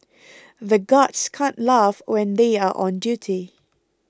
the guards can't laugh when they are on duty